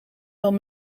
dan